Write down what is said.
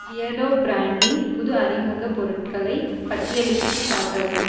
Beardo பிராண்டின் புது அறிமுகப் பொருட்களை பட்டியலிட்டுக் காட்டவும்